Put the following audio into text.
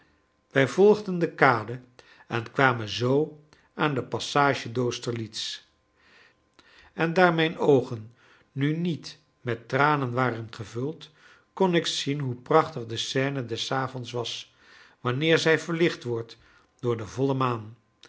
wij volgden de kade en kwamen zoo aan de passage d'austerlitz en daar mijn oogen nu niet met tranen waren gevuld kon ik zien hoe prachtig de seine des avonds was wanneer zij verlicht wordt door de vollemaan